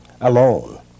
alone